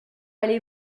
allez